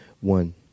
one